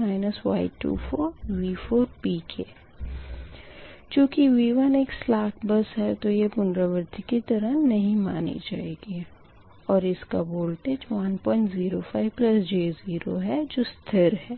Y23V3 Y24V4p चूँकि V1 एक slack bus है तो यह पुनरावर्ती की तरह नहीं मानी जाएगी और इसका वोल्टेज 105j0 है जो स्थिर है